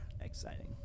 Exciting